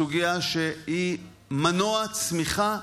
סוגיה שהיא מנוע צמיחה